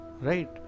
right